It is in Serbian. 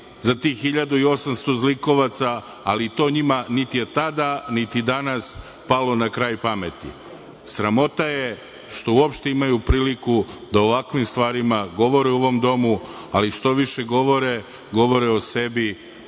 za tih 1.800 zlikovaca, ali to njima niti je tada, niti danas palo na kraj pameti. Sramota je što uopšte imaju priliku da o ovakvim stvarima govore u ovom domu, ali što više govore, govore o sebi